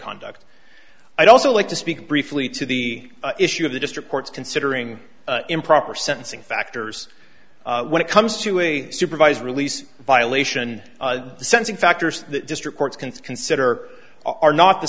conduct i'd also like to speak briefly to the issue of the district courts considering improper sentencing factors when it comes to a supervised release violation sensing factors that district courts can consider are not the